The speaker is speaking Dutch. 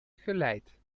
geleid